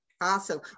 Awesome